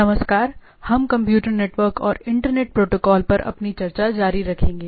नमस्कार हम computer network और इंटरनेट प्रोटोकॉल पर अपनी चर्चा जारी रखेंगे